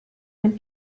den